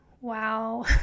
wow